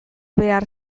behar